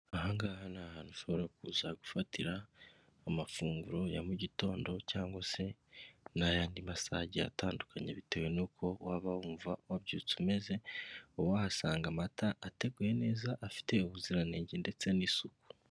Aha ngaha ni ahantu ushobora kuza gufatira amafunguro ya mu gitondo cyangwa se n'ayandi masaha agiye atandukanye bitewe n'uko waba wumva wabyutse umeze, ukaba wahasanga amata ateguye neza afite ubuziranenge ndetse n'isuku.